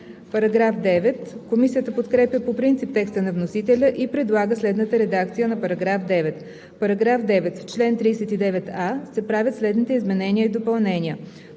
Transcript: с „отменя“. Комисията подкрепя по принцип текста на вносителя и предлага следната редакция на § 9: „§ 9. В чл. 39а се правят следните изменения и допълнения: